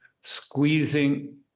squeezing